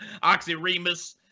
oxyremus